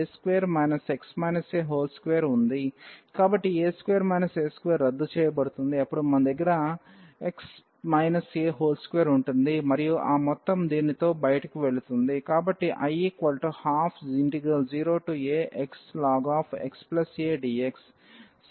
కాబట్టి a2 a2 రద్దు చేయబడుతుంది అప్పుడు మన దగ్గర 2 ఉంటుంది మరియు ఆ మొత్తం దీనితో బయటకు వెళ్తుంది